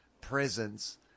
presence